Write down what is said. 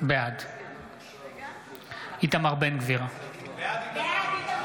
בעד איתמר בן גביר, בעד